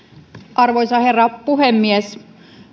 arvoisa herra puhemies